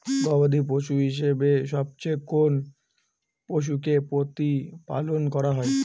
গবাদী পশু হিসেবে সবচেয়ে কোন পশুকে প্রতিপালন করা হয়?